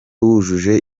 wujuje